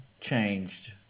changed